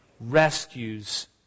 rescues